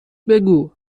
بگو